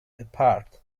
apart